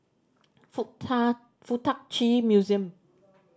Fuk Ta Fuk Tak Chi Museum